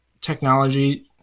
technology